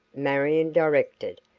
marion directed,